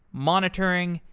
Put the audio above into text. monitoring,